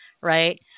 right